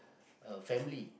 a family